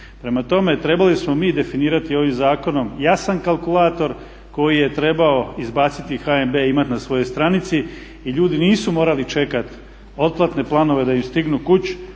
Prema tome, trebali smo mi definirati ovim zakonom jasan kalkulator koji je trebao izbaciti HNB, imati na svojoj stranici i ljudi nisu morali čekati otplatne planove da im stignu kući